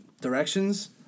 directions